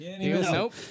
Nope